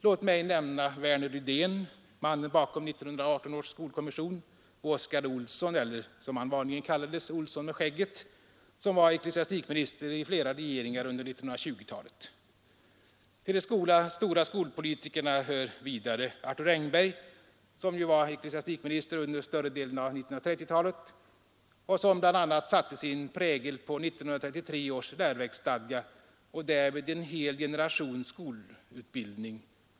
Låt mig nämna Värner Rydén — mannen bakom 1918 års skolkommission — och Oscar Olsson eller, som han vanligen kallades, Olsson med skägget, som var ecklesiastikminister i flera regeringar under 1920-talet. Till de stora skolpolitikerna hör vidare Arthur Engberg, som ju var ecklesiastikminister under större delen av 1930-talet och som bl.a. satte sin prägel på 1933 års läroverksstadga och därmed en hel generations skolutbildning.